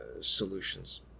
solutions